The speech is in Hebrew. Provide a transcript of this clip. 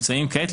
מוצעים כעת.